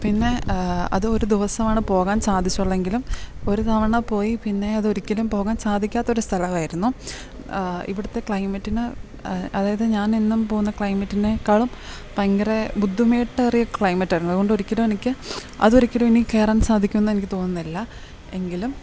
പിന്നെ അതൊരു ദിവസമാണ് പോകാൻ സാധിച്ചോള്ളെങ്കിലും ഒരു തവണ പോയി പിന്നെ അതൊരിക്കലും പോകാൻ സാധിക്കാത്ത ഒരു സ്ഥലമായിരുന്നു ഇവിടുത്തെ ക്ലൈമറ്റിന് അതായത് ഞാൻ എന്നും പോകുന്ന ക്ലൈമറ്റിനേക്കാളും ഭയങ്കര ബുദ്ധിമിട്ടേറിയ ക്ലൈമറ്റായിരുന്നു അതുകൊണ്ട് ഒരിക്കലും എനിക്ക് അതൊരിക്കലും ഇനി കയറാൻ സാധിക്കുമെന്ന് എനിക്ക് തോന്നുന്നില്ല എങ്കിലും